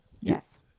Yes